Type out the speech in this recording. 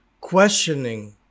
questioning